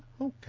Okay